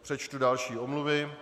Přečtu další omluvy.